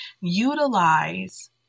utilize